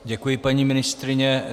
Děkuji, paní ministryně.